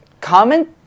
comment